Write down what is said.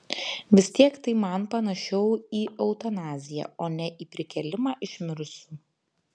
vis tiek tai man panašiau į eutanaziją o ne į prikėlimą iš mirusių